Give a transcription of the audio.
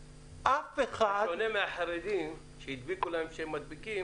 בשונה מהחרדים שהדביקו להם את התווית שהם מדביקים.